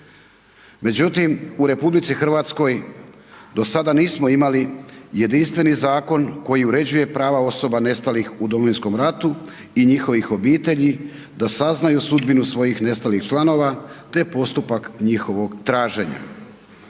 međutim u RH do sada nismo imali jedinstveni zakon koji uređuje prava osoba nestalih u Domovinskom ratu i njihovih obitelji da saznaju sudbinu svojih nestalih članova te postupak njihovog traženja.